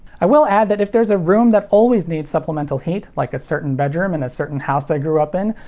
i will add that if there's a room that always needs supplemental heat, like a certain bedroom in a certain house i grew up in,